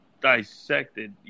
dissected